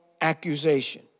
accusation